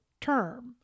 term